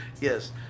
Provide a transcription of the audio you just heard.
Yes